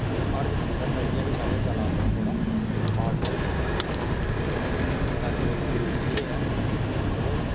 हर इक सिंगर दा इयै कि पैह्लें गला अपना थोड़ा फाड़ना बी पौंदा केइयें गी ते असें इन्नी जरूरत नेईं ऐ मतलब